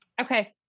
okay